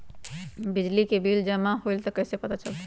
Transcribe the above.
बिजली के बिल जमा होईल ई कैसे पता चलतै?